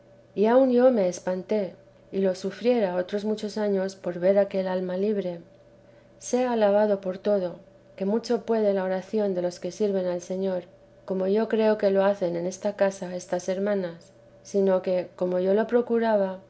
y aun yo me espanté y lo sufriera otros muchos años por ver aquella alma libre sea alabado por todo que mucho puede la oración de los que sirven al señor como yo creo que lo hacen en esta casa estas hermanas sino que como yo lo procuraba